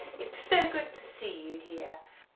it's so good to see you here.